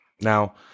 Now